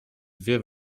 dwie